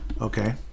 Okay